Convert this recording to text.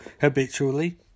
Habitually